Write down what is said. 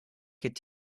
could